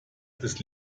ist